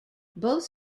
both